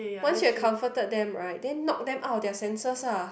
once you have comforted them right then knock them out of their senses lah